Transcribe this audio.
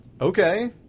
Okay